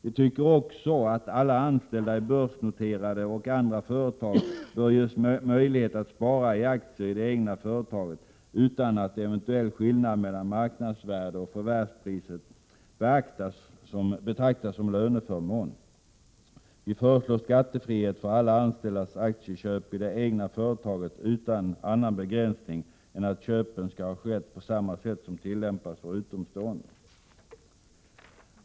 Vi tycker också att alla anställda i börsnoterade och andra företag bör ges möjlighet att spara i aktier i det egna företaget utan att eventuell skillnad mellan marknadsvärde och förvärvspriset betraktas som löneförmån. Vi föreslår skattefrihet för alla anställdas aktieköp i det egna företaget utan annan begränsning än att köpen skall ha skett på samma sätt som tillämpas för utomstående.